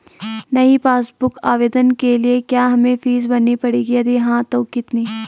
नयी passbook book आवेदन के लिए क्या हमें फीस भरनी पड़ेगी यदि हाँ तो कितनी?